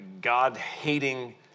God-hating